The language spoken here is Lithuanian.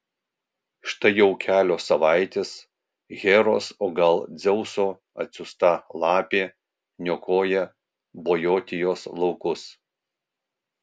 štai jau kelios savaitės heros o gal dzeuso atsiųsta lapė niokoja bojotijos laukus